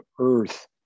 earth